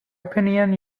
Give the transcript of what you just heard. opinion